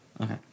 Okay